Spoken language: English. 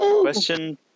Question